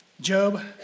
Job